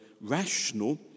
rational